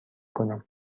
کنم